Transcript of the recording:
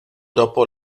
dopo